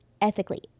ethically